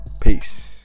peace